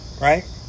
Right